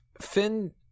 Finn